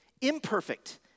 Imperfect